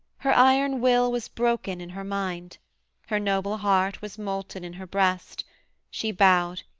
her iron will was broken in her mind her noble heart was molten in her breast she bowed,